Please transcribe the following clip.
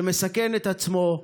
שמסכנים את עצמם,